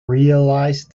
realised